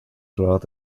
throughout